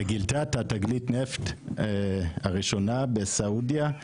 גילתה את תגלית הנפט הראשונה בסעודיה,